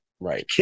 Right